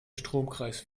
stromkreis